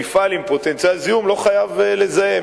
מפעל עם פוטנציאל זיהום לא חייב לזהם.